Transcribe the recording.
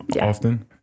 Often